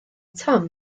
tom